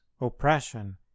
oppression